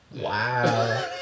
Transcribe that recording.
Wow